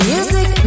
Music